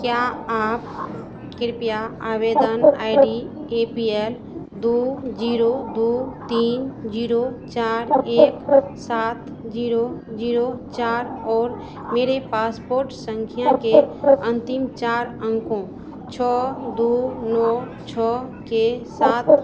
क्या आप कृपया आवेदन I D A P L दो ज़ीरो दो तीन ज़ीरो चार एक सात ज़ीरो ज़ीरो चार और मेरी पासपोर्ट सँख्या के अन्तिम चार अंकों छह दो नौ छह के साथ मेरे पासपोर्ट आवेदन की इस्थिति की जाँच कर सकते हैं